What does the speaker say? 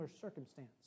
circumstance